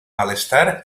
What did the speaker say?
malestar